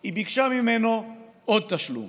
היא ביקשה ממנו עוד תשלום.